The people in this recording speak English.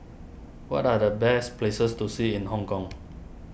what are the best places to see in Hong Kong